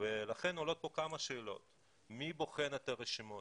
ולכן עולות כאן כמה שאלות כמו מי בוחן את הרשימות,